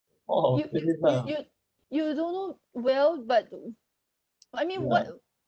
you you you you you don't know well but mm I mean what